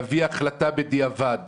להביא החלטה בדיעבד